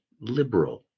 liberal